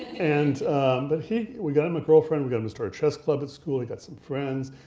and but he, we got him a girlfriend, we got him to start a chess club at school, he got some friends,